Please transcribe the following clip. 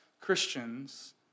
Christians